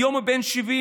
שהיום הוא בן 70,